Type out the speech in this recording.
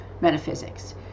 metaphysics